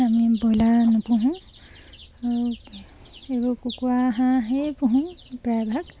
আমি ব্ৰইলাৰ নুপুহোঁ আৰু এইবোৰ কুকুৰা হাঁহে পুহোঁ প্ৰায়ভাগ